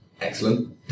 Excellent